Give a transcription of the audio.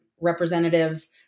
representatives